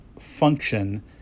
function